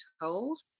told